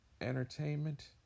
Entertainment